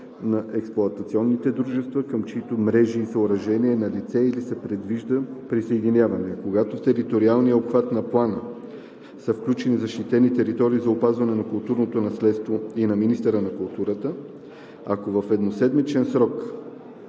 на експлоатационните дружества, към чиито мрежи и съоръжения е налице или се предвижда присъединяване, а когато в териториалния обхват на плана са включени защитени територии за опазване на културното наследство – и на министъра на културата. Ако в едномесечен срок